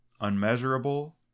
unmeasurable